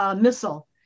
missile